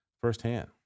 firsthand